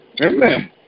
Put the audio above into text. Amen